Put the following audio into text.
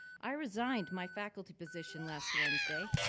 i resigned my faculty position last wednesday,